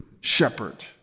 shepherd